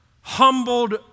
humbled